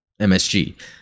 MSG